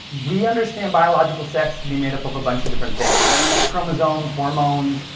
we understand biological sex to be made up of a bunch of different things chromosomes, hormones,